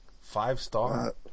Five-star